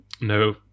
no